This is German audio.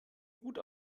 gut